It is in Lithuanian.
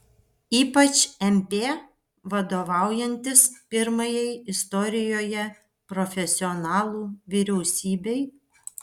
ypač mp vadovaujantis pirmajai istorijoje profesionalų vyriausybei